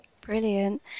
Brilliant